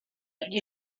gli